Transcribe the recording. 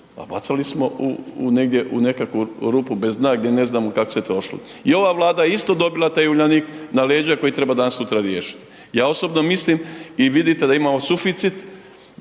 a bacali smo negdje, u nekakvu rupu bez dna gdje ne znamo kako se trošilo. I ova Vlada je isto dobila taj Uljanik na leđa koji treba danas sutra riješit. Ja osobno mislim i vidite da imamo suficit,